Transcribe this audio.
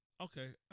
Okay